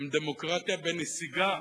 עם דמוקרטיה בנסיגה.